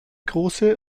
große